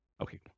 Okay